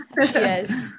yes